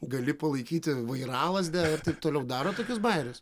gali palaikyti vairalazdę ir taip toliau daro tokius bajerius